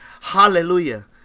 Hallelujah